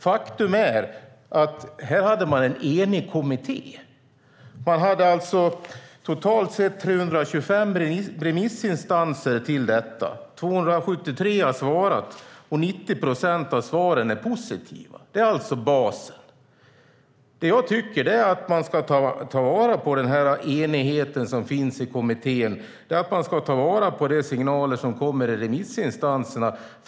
Faktum är att kommittén var enig. Man hade totalt 325 remissinstanser. Av dem har 273 svarat, och 90 procent av svaren är positiva. Det är basen. Jag tycker att man ska ta vara på den enighet som finns i kommittén. Man ska ta vara på de signaler som kommer från remissinstanserna.